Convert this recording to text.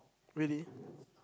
really